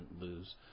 lose